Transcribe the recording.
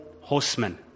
Horsemen